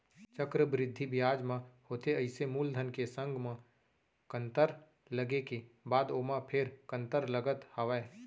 चक्रबृद्धि बियाज म होथे अइसे मूलधन के संग म कंतर लगे के बाद ओमा फेर कंतर लगत हावय